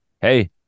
Hey